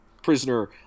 prisoner